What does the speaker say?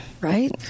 right